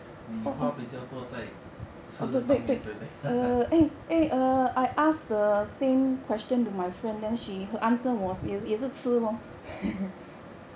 你话比较多在吃的方面对不对